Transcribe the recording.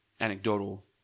anecdotal